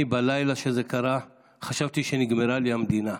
אני, בלילה שזה קרה, חשבתי שנגמרה לי המדינה.